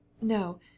No